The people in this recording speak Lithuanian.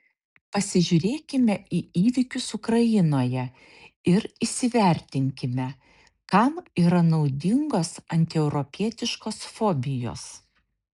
pasižiūrėkime į įvykius ukrainoje ir įsivertinkime kam yra naudingos antieuropietiškos fobijos